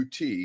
UT